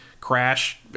crash